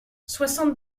soixante